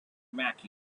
maki